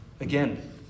Again